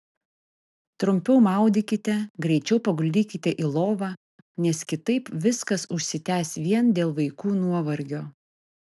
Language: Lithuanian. trumpiau maudykite greičiau paguldykite į lovą nes kitaip viskas užsitęs vien dėl vaikų nuovargio